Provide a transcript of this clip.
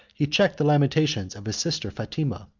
he checked the lamentations of his sister fatima,